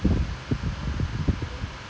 and some of his five or six of his friends